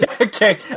Okay